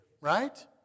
Right